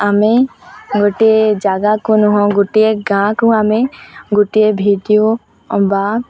ଆମେ ଗୋଟିଏ ଜାଗାକୁ ନୁହେଁ ଗୋଟିଏ ଗାଁକୁ ଆମେ ଗୋଟିଏ ଭିଡ଼ିଓ ବା